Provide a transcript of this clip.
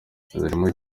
zirimo